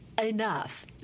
enough